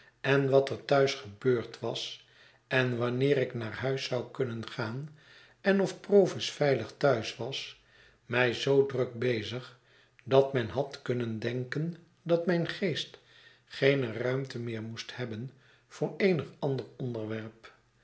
en wat er thuis gebeurd was en wanneer ik naar huis zou kunnen gaan en of provis veilig thuis was mij zoo druk bezig dat men had kunnen denken dat mijn geest geene ruimte meer moest hebben voor eenig ander onderwerp